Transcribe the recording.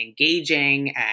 engaging